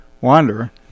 Wanderer